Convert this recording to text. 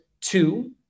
two